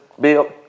bill